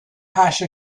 hash